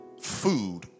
food